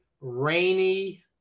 rainy